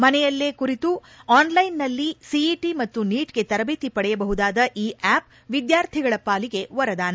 ಮನೆಯಲ್ಲೇ ಕುರಿತು ಆನ್ಲೈನ್ನಲ್ಲಿ ಸಿಇಟಿ ಮತ್ತು ನೀಟ್ಗೆ ತರಬೇತಿ ಪಡೆಯಬಹುದಾದ ಈ ಆ್ವಪ್ ವಿದ್ವಾರ್ಥಿಗಳ ಪಾಲಿಗೆ ವರದಾನ